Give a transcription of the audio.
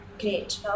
great